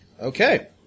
Okay